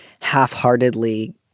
half-heartedly